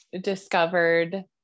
discovered